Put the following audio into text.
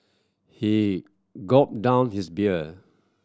he gulped down his beer